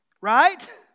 right